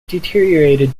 deteriorated